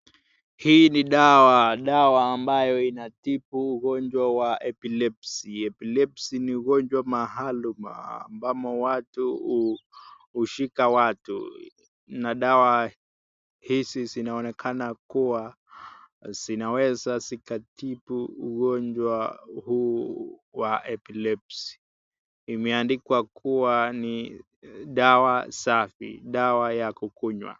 Hii ni dawa. Dawa ambayo inatibu ugonjwa wa epilepsy . Epilepsy ni ugonjwa maalum ambamo watu, hushika watu na dawa hizi zinaonekana kuwa zinaweza zikatibu ugonjwa huu wa epilepsy . Imeandikwa kuwa ni dawa safi. Dawa ya kukunywa.